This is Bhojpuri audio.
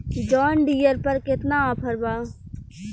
जॉन डियर पर केतना ऑफर बा?